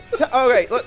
Okay